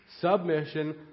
submission